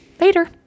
Later